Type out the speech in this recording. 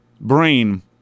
brain